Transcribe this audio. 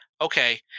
Okay